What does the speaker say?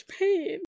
pain